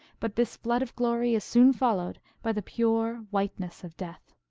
but this flood of glory is soon followed by the pure whiteness of death.